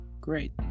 Great